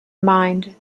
mind